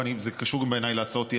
וזה קשור בעיניי להצעות האי-אמון.